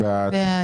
מי נגד?